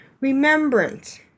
Remembrance